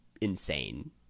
insane